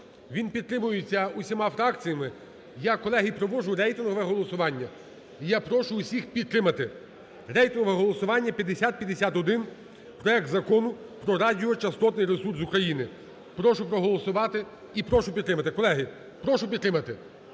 він підтримується усіма фракція. Я, колеги, проводжу рейтингове голосування і я прошу всіх підтримати, рейтингове голосування 5051 проект Закону про радіочастотний ресурс України. Прошу проголосувати і прошу підтримати. Колеги, прошу підтримати,